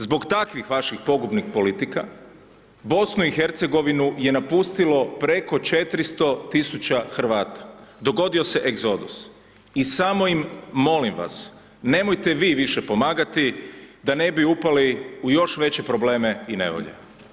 Zbog takvih vaših pogubnih politika, BIH je napustilo preko 400 tisuća Hrvata, dogodio se egzodus, i samo ih, molim vas, nemojte vi više pomagati da ne bi upali u još veće probleme i nevolje.